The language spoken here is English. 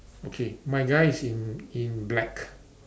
okay my guy is in in black